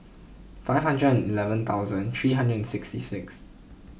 five hundred eleven thousand three hundred sixty six